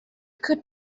could